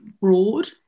broad